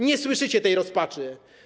Nie słyszycie tej rozpaczy.